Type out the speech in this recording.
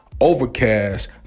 Overcast